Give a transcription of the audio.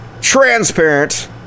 Transparent